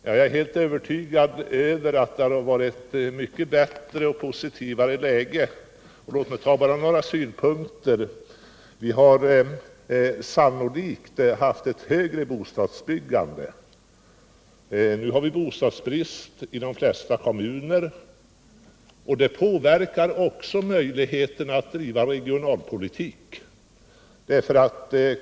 Jag är helt övertygad om att det hade varit ett mycket bättre och positivare läge. Vi hade t.ex. sannolikt haft ett högre bostadsbyggande. Nu har vi bostadsbrist i de flesta kommuner, och det påverkar också möjligheterna att driva regionalpolitik.